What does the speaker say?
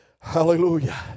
Hallelujah